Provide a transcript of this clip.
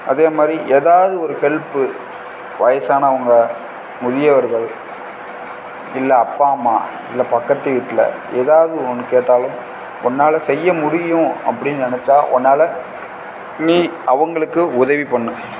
அதே மாதிரி எதாவது ஒரு ஹெல்ப்பு வயதானவங்க முதியவர்கள் இல்லை அப்பா அம்மா இல்லை பக்கத்து வீட்டில் எதாவது ஒன்று கேட்டாலும் உன்னால செய்ய முடியும் அப்படின்னு நினச்சா உன்னால நீ அவர்களுக்கு உதவி பண்ணு